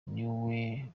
niwe